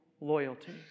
loyalty